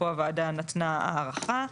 פה הוועדה נתנה הארכה,